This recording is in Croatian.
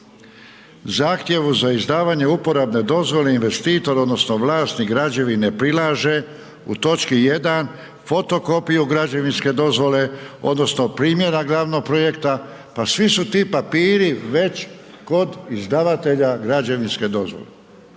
zahtjevu za izdavanje uporabne dozvole investitor odnosno vlasnik građevine prilaže u toč. 1. fotokopiju građevinske dozvole odnosno primjerak glavnog projekta, pa svi su ti papiri već kod izdavatelja građevinske dozvole.